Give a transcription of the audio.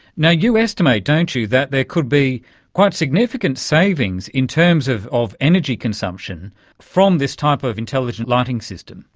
you know you estimate, don't you, that there could be quite significant savings in terms of of energy consumption from this type of intelligent lighting system.